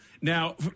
Now